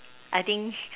I think